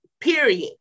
Period